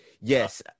Yes